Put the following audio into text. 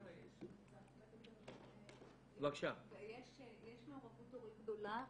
יש מעורבות הורית גדולה.